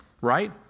Right